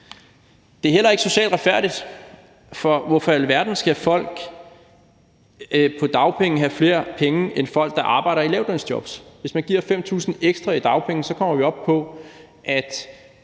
Det er heller ikke socialt retfærdigt, for hvorfor i alverden skal folk på dagpenge have flere penge end folk, der arbejder i lavtlønsjob? Hvis man giver 5.000 kr. ekstra i dagpenge, så kommer vi op på, at